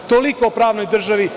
Toliko o pravnoj državi.